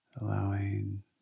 allowing